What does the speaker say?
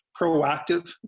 proactive